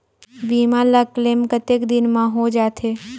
बीमा ला क्लेम कतेक दिन मां हों जाथे?